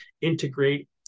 integrate